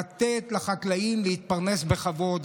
לתת לחקלאים להתפרנס בכבוד.